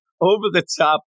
over-the-top